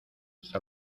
hasta